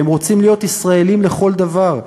והם רוצים להיות ישראלים לכל דבר,